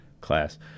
class